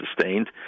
sustained